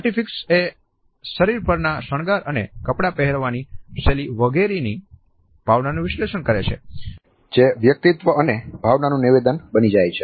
artefacts એ શરીર પરનો શણગાર અને કપડાં પહેરવાની શૈલી વગેરેની ભાવનાનું વિશ્લેષણ કરે છે જે વ્યક્તિત્વ અને ભાવનાનું નિવેદન બની જાય છે